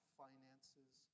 finances